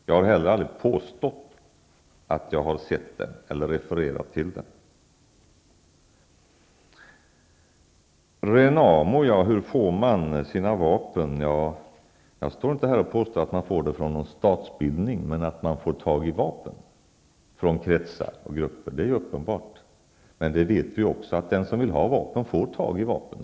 Jag har heller aldrig påstått att jag har sett den eller refererat till den. Hur får Renamo sina vapen? Jag påstår inte att man får dem från någon statsbildning, men att man får tag i vapen från kretsar och grupper är uppenbart. Men vi vet också att den som vill ha vapen får tag i vapen.